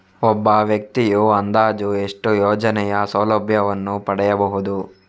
ಒಬ್ಬ ವ್ಯಕ್ತಿಯು ಅಂದಾಜು ಎಷ್ಟು ಯೋಜನೆಯ ಸೌಲಭ್ಯವನ್ನು ಪಡೆಯಬಹುದು?